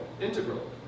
integral